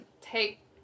take